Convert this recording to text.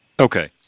Okay